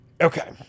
Okay